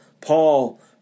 Paul